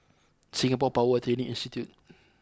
Singapore Power Training Institute